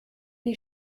die